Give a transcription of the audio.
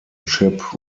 ship